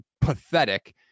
pathetic